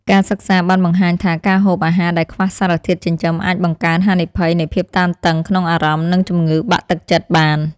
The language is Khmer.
ការសិក្សាបានបង្ហាញថាការហូបអាហារដែលខ្វះសារធាតុចិញ្ចឹមអាចបង្កើនហានិភ័យនៃភាពតានតឹងក្នុងអារម្មណ៍ និងជំងឺបាក់ទឹកចិត្តបាន។